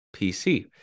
PC